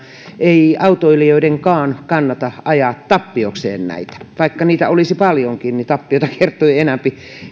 ei autoilijoidenkaan kannata ajaa tappiokseen näitä vaikka niitä olisi paljonkin niin tappiota kertyy